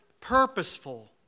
purposeful